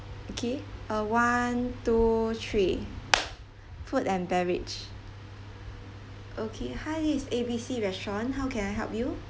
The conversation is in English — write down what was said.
okay uh one two three food and beverage okay hi this is A B C restaurant how can I help you